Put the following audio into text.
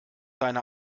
deine